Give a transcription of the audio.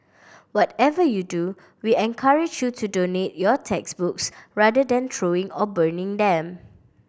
whatever you do we encourage you to donate your textbooks rather than throwing or burning them